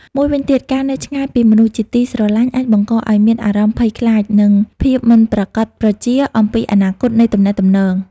មួយវិញទៀត ការនៅឆ្ងាយពីមនុស្សជាទីស្រឡាញ់ អាចបង្កឱ្យមានអារម្មណ៍ភ័យខ្លាច និងភាពមិនប្រាកដប្រជាអំពីអនាគតនៃទំនាក់ទំនង។